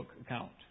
account